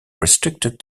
restricted